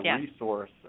resource